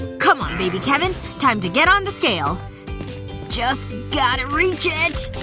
come on, baby kevin. time to get on the scale just gotta reach it